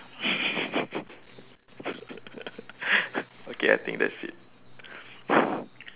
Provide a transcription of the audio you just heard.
okay I think that's it